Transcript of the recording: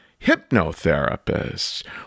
hypnotherapists